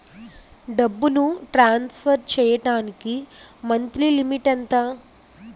డబ్బును ట్రాన్సఫర్ చేయడానికి monthly limit ఎంత?